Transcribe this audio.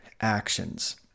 actions